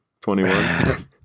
21